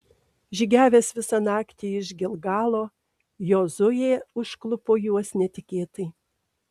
žygiavęs visą naktį iš gilgalo jozuė užklupo juos netikėtai